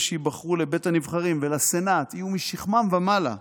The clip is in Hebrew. שייבחרו לבית הנבחרים ולסנאט יהיו משכמם ומעלה,